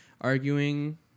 arguing